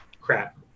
crap